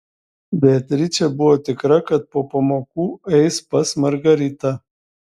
beatričė buvo tikra kad po pamokų eis pas margaritą